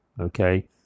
Okay